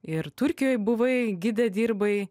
ir turkijoj buvai gide dirbai